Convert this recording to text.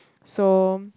so